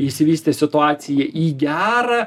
išsivystė situacija į gera